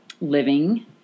living